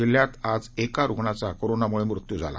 जिल्ह्यातआजएकारुग्णाचाकोरोनाम्ळेमृत्यूझाला